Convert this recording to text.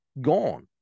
Gone